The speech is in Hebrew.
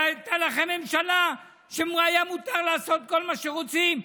הייתה לכם ממשלה שהיה מותר לעשות בה כל מה שרוצים,